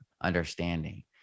understanding